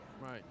right